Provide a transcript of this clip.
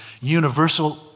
universal